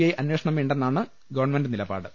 I അന്വേഷണം വേണ്ടെന്നാണ് government നിലപാട്